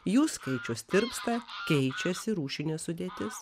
jų skaičius tirpsta keičiasi rūšinė sudėtis